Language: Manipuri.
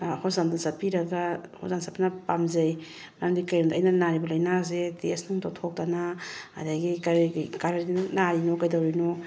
ꯍꯣꯁꯄꯤꯇꯥꯜꯗ ꯆꯠꯄꯤꯔꯒ ꯍꯣꯁꯄꯤꯇꯥꯜ ꯆꯠꯄꯅ ꯄꯥꯝꯖꯩ ꯃꯔꯝꯗꯤ ꯀꯩꯒꯤꯅꯣꯗ ꯑꯩꯅ ꯅꯥꯔꯤꯕ ꯂꯩꯅꯥꯁꯦ ꯇꯦꯁ ꯅꯨꯡ ꯇꯧꯊꯣꯛꯇꯅ ꯑꯗꯒꯤ ꯀꯗꯥꯏꯗ ꯅꯥꯔꯤꯅꯣ ꯀꯩꯗꯧꯔꯤꯅꯣ